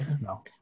No